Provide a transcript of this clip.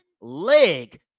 leg